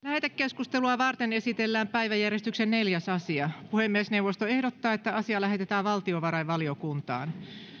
lähetekeskustelua varten esitellään päiväjärjestyksen neljäs asia puhemiesneuvosto ehdottaa että asia lähetetään valtiovarainvaliokuntaan